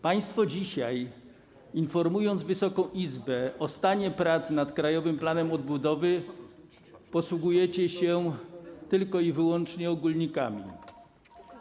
Państwo dzisiaj, informując Wysoką Izbę o stanie prac nad Krajowym Planem Odbudowy, posługujecie się tylko i wyłącznie ogólnikami.